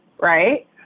right